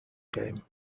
game